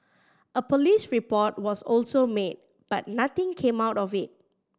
a police report was also made but nothing came out of it